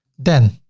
then,